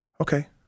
okay